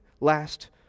last